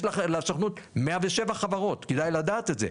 יש לסוכנות 107 חברות, כדאי לדעת את זה.